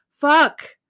Fuck